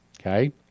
Okay